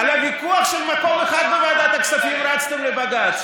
על ויכוח של מקום אחד בוועדת הכספים רצתם לבג"ץ.